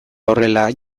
horrela